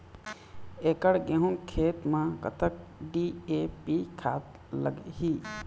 एकड़ गेहूं खेत म कतक डी.ए.पी खाद लाग ही?